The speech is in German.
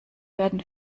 werden